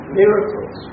miracles